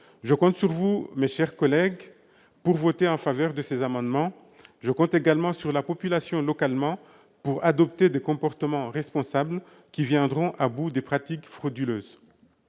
je compte sur vous pour voter en faveur de ces amendements. Je compte également sur la population pour adopter localement des comportements responsables qui viendront à bout des pratiques frauduleuses.